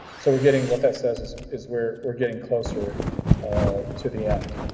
so we're getting what that says is is we're we're getting closer to the end.